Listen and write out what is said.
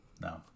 No